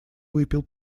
выпил